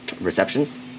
receptions